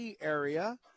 area